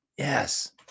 Yes